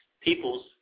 peoples